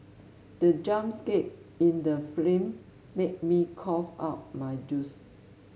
the jump scare in the film made me cough out my juice